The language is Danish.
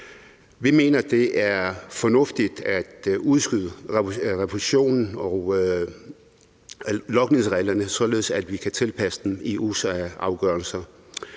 Vi mener, det er fornuftigt at udskyde revisionen af logningsreglerne, således at vi kan tilpasse dem EU's afgørelser.